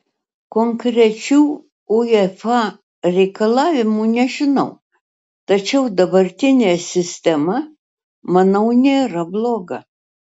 konkrečių uefa reikalavimų nežinau tačiau dabartinė sistema manau nėra bloga